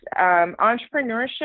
entrepreneurship